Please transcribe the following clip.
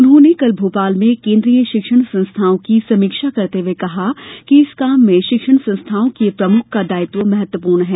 उन्होंने कल भोपाल में केन्द्रीय शिक्षण संस्थाओं की समीक्षा करते हुए कहा कि इस काम में शिक्षण संस्थाओं के प्रमुख का दायित्व महत्वपूर्ण है